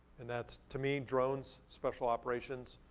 and that's, to me, drones, special operations,